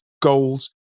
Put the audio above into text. goals